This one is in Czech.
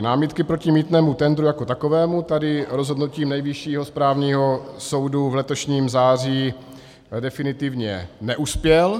Námitky proti mýtnému tendru jako takovému tady rozhodnutím Nejvyššího správního soudu v letošním září definitivně neuspěl.